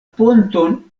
ponton